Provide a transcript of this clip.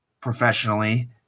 professionally